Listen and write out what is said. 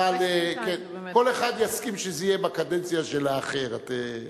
כל אחד יסכים שזה יהיה בקדנציה של האחר.